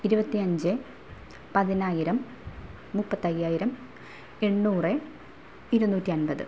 ഇരുപത്തി അഞ്ച് പതിനായിരം മുപ്പത്തയ്യായിരം എണ്ണൂറ് ഇരുനൂറ്റി അൻപത്